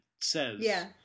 says